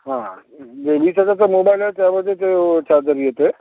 हां नेहमीचा जर का मोबाईल आहे त्यामध्ये ते चार्जर येते